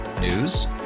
News